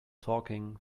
talking